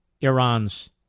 Iran's